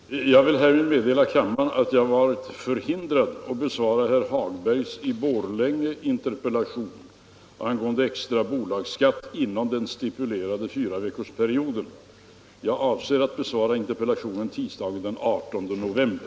Herr talman! Jag vill härmed meddela kammaren att jag varit förhindrad att besvara herr Hagbergs i Borlänge interpellation angående extra bolagsskatt inom den stipulerade fyraveckorsperioden. Jag avser att besvara interpellationen tisdagen den 18 november.